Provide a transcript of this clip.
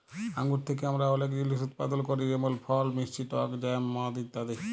আঙ্গুর থ্যাকে আমরা অলেক জিলিস উৎপাদল ক্যরি যেমল ফল, মিষ্টি টক জ্যাম, মদ ইত্যাদি